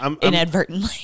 inadvertently